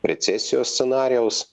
recesijos scenarijaus